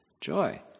joy